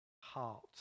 heart